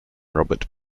robert